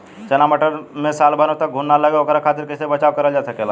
चना मटर मे साल भर तक घून ना लगे ओकरे खातीर कइसे बचाव करल जा सकेला?